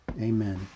amen